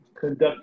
conduct